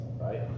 right